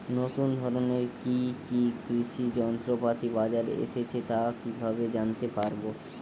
নতুন ধরনের কি কি কৃষি যন্ত্রপাতি বাজারে এসেছে তা কিভাবে জানতেপারব?